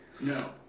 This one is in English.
No